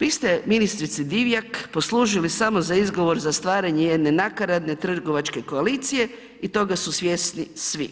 Vi ste ministrice Divjak poslužili samo za izgovor za stvaranje jedne nakaradne trgovačke koalicije i toga su svjesni svi